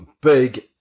big